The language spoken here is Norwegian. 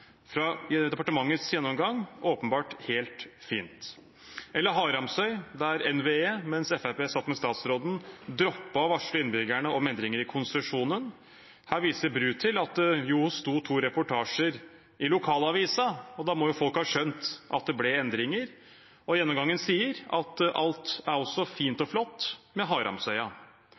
fra departementets gjennomgang åpenbart helt fint. Eller Haramsøy, der NVE, mens Fremskrittspartiet satt med statsråden, droppet å varsle innbyggerne om endringer i konsesjonen. Her viser Bru til at det sto to reportasjer i lokalavisen, og da må jo folk ha skjønt at det ble endringer. Og gjennomgangen sier at alt er også fint og flott med Haramsøya.